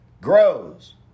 grows